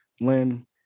Lynn